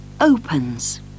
opens